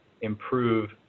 improve